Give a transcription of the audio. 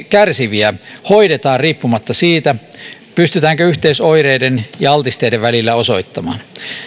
kärsiviä hoidetaan riippumatta siitä pystytäänkö yhteys oireiden ja altisteiden välillä osoittamaan